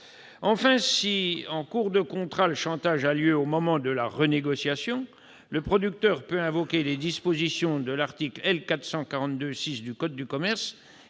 Enfin, en cours de contrat, si le chantage a lieu au moment de la renégociation, le producteur peut invoquer les dispositions de l'article L. 442-6 du code de commerce